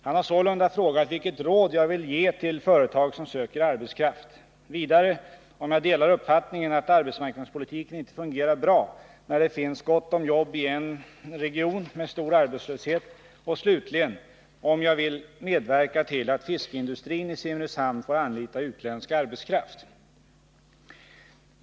Han har sålunda frågat vilket råd jag vill ge till företag som söker arbetskraft, vidare om jag delar uppfattningen att arbetsmarknadspolitiken inte fungerar bra när det finns gott om jobb i en region med stor arbetslöshet och — slutligen — om jag vill medverka till att fiskindustrin i Simrishamn får anlita utländsk arbetskraft.